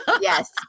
Yes